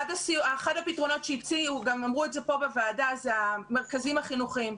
אחד הפתרונות שהציעו ואמרו את זה פה בוועדה זה המרכזים החינוכיים.